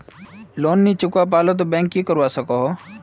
Loan नी चुकवा पालो ते बैंक की करवा सकोहो?